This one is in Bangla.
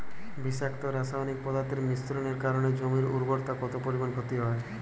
বিষাক্ত রাসায়নিক পদার্থের মিশ্রণের কারণে জমির উর্বরতা কত পরিমাণ ক্ষতি হয়?